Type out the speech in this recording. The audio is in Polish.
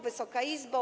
Wysoka Izbo!